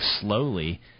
slowly